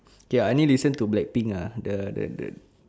K I only listen to Blackpink ah the the the